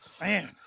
Man